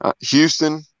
Houston